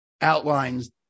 outlines